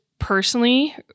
personally